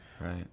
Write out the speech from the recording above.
Right